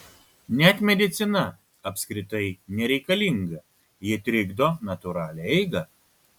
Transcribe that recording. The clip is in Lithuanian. net medicina apskritai nereikalinga ji trikdo natūralią eigą